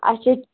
اچھا